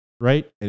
right